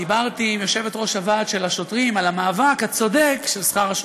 דיברתי עם יושבת-ראש הוועד של השוטרים על המאבק הצודק של שכר השוטרים.